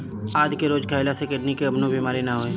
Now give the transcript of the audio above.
आदि के रोज खइला से किडनी के कवनो बीमारी ना होई